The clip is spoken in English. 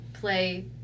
play